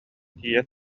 тиийэн